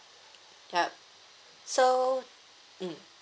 yup so mm